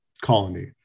colony